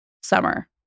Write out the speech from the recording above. summer